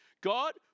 God